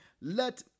let